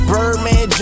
Birdman